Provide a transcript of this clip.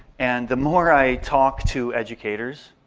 and the more i talk to educators,